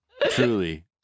Truly